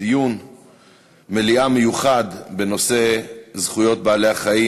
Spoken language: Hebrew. דיון מליאה מיוחד בנושא זכויות בעלי-החיים,